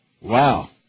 Wow